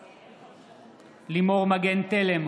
נגד לימור מגן תלם,